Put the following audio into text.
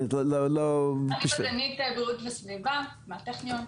אני מדענית בריאות וסביבה מהטכניון.